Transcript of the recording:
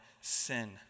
sin